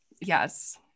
yes